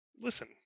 listen